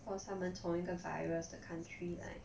cause 他们从一个 virus 的 country 来